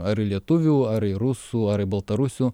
ar į lietuvių ar į rusų ar į baltarusių